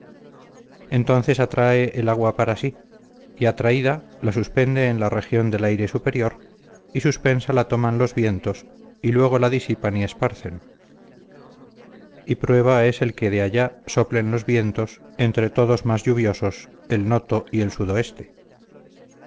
entonces atrae el agua para sí y atraída la suspende en la región del aire superior y suspensa la toman los vientos y luego la disipan y esparcen y prueba es el que de allá soplen los vientos entre todos más lluviosos el noto y el sudoeste